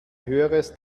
höheres